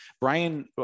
Brian